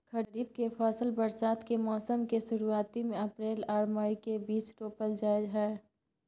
खरीफ के फसल बरसात के मौसम के शुरुआती में अप्रैल आर मई के बीच रोपल जाय हय